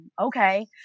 okay